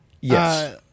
Yes